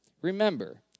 Remember